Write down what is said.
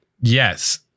Yes